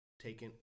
taken